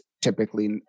Typically